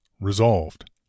Resolved